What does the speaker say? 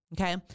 okay